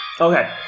Okay